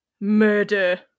murder